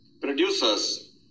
Producers